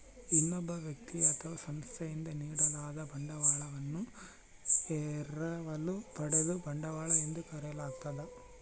ಇನ್ನೊಬ್ಬ ವ್ಯಕ್ತಿ ಅಥವಾ ಸಂಸ್ಥೆಯಿಂದ ನೀಡಲಾದ ಬಂಡವಾಳವನ್ನು ಎರವಲು ಪಡೆದ ಬಂಡವಾಳ ಎಂದು ಕರೆಯಲಾಗ್ತದ